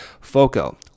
Foco